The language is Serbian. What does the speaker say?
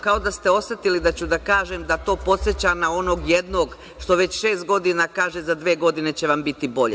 Kao da ste osetili da ću da kažem da to podseća na onog jednog što već šest godina kaže – za dve godine će vam biti bolje.